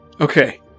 okay